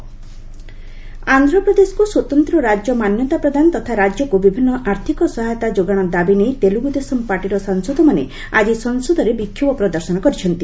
TDP protest ଆନ୍ଧ୍ରପ୍ରଦେଶକ୍ ସ୍ତତ୍ତ ରାଜ୍ୟ ମାନ୍ୟତା ପ୍ରଦାନ ତଥା ରାଜ୍ୟକ୍ ବିଭିନ୍ନ ଆର୍ଥିକ ସହାୟତା ଯୋଗାଣ ଦାବି ନେଇ ତେଲ୍ରଗ୍ରଦେଶମ୍ ପାର୍ଟିର ସାଂସଦମାନେ ଆଜି ସଂସଦରେ ବିକ୍ଷୋଭ ପ୍ରଦର୍ଶନ କରିଛନ୍ତି